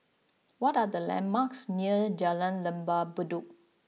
what are the landmarks near Jalan Lembah Bedok